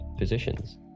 Physicians